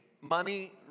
money